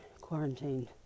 quarantined